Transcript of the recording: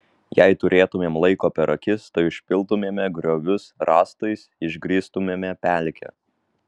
jei turėtumėm laiko per akis tai užpiltumėme griovius rąstais išgrįstumėme pelkę